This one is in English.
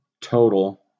total